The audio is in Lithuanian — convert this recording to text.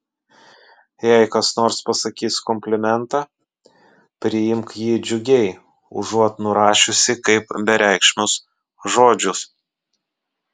jei kas nors pasakys komplimentą priimk jį džiugiai užuot nurašiusi kaip bereikšmius žodžius